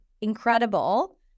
incredible